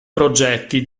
progetti